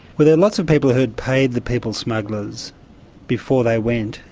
were there lots of people who'd paid the people smugglers before they went,